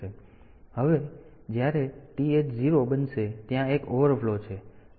તેથી હવે જ્યારે TH0 બનશે ત્યાં એક ઓવરફ્લો છે